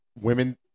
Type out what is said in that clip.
Women